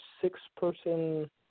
six-person